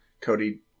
Cody